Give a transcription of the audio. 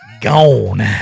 Gone